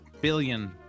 billion